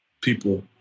people